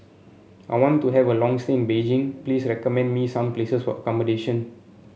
I want to have a long stay in Beijing Please recommend me some places for accommodation